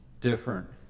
different